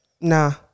Nah